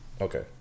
Okay